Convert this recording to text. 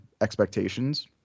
expectations